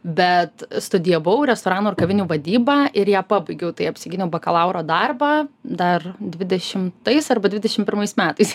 bet studijavau restoranų ir kavinių vadybą ir ją pabaigiau tai apsigyniau bakalauro darbą dar dvidešimtais arba dvidešim pirmais metais